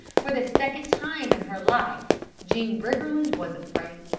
for the second time in her life jean briggerland was afraid.